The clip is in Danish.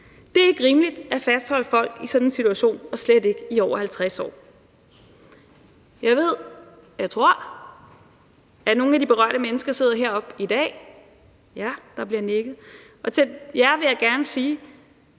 Det er ikke rimeligt at fastholde folk i sådan en situation og slet ikke i over 50 år. Jeg ved, og jeg tror, at nogle af de berørte mennesker sidder heroppe i dag – ja, der bliver nikket – og til jer vil jeg gerne sige,